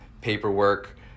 paperwork